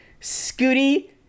Scooty